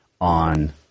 on